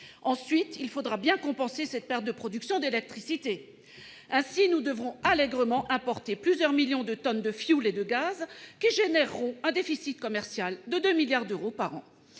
Ensuite, il faudra bien compenser cette perte de production d'électricité. Ainsi, nous devrons allégrement importer plusieurs millions de tonnes de fioul et de gaz, ce qui provoquera un déficit commercial de 2 milliards d'euros par an.